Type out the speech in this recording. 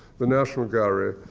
the national gallery,